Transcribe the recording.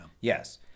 yes